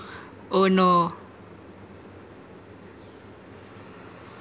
oh no